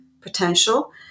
potential